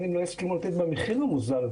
הן לא יסכימו לתת למדינה במחיר המוזל.